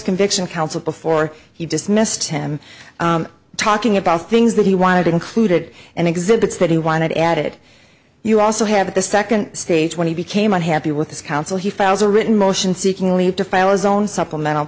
conviction counsel before he dismissed him talking about things that he wanted included and exhibits that he wanted added you also have at the second stage when he became unhappy with his counsel he files a written motion seeking leave to file his own supplemental